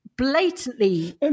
Blatantly